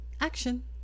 action